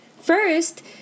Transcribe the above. first